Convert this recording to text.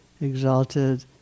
exalted